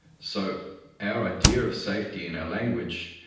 so our idea of safety in our language,